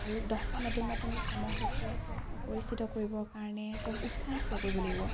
আৰু দহটা নতুন নতুন কামৰ সৈতে তেওঁ পৰিচিত কৰিবৰ কাৰণে তেওঁক উৎসাহিত কৰিব লাগিব